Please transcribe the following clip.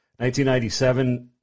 1997